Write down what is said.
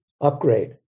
upgrade